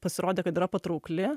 pasirodė kad yra patraukli